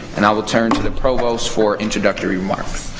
and i will turn to the provost for introductory remarks.